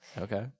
Okay